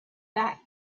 back